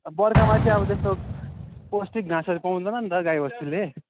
बर्खामा चाहिँ अब त्यस्तो पौष्टिक घाँसहरू पाउँदैन नि त गाई बस्तुले